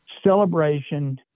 celebration